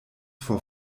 vor